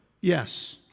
yes